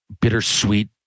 bittersweet